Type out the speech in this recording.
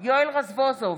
יואל רזבוזוב,